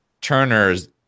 Turner's